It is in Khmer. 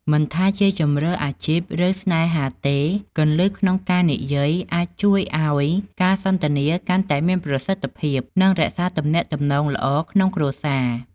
មិនថាជាជម្រើសអាជីព ឬស្នេហាទេ គន្លឹះក្នុងការនិយាយអាចជួយឱ្យការសន្ទនាកាន់តែមានប្រសិទ្ធភាព និងរក្សាទំនាក់ទំនងល្អក្នុងគ្រួសារ។